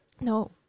No